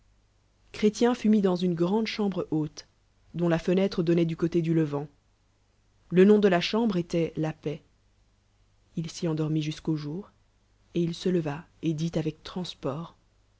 fut mit dans une grande chajnbi e belote deitt la fenêtre donnait du côté du levant le jjomde la chambre étoit la pa z il s'y endormit jusqu'au jonr et il le levay et dit avec